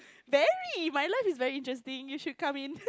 very my life is very interesting you should come in